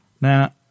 Now